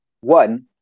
one